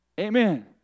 Amen